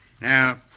Now